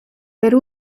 per